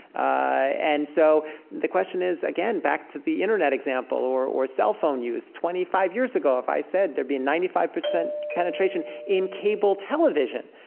and so the question is, again back to the internet example or or cell phone use, twenty five years ago, if i said there'd be ninety five percent penetration in cable television,